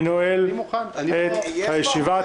אני נועל את הישיבה.